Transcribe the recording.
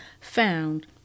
found